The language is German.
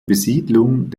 besiedlung